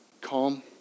calm